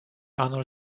anul